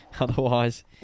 Otherwise